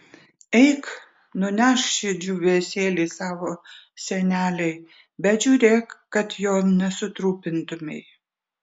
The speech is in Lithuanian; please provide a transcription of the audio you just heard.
eik nunešk šį džiūvėsėlį savo senelei bet žiūrėk kad jo nesutrupintumei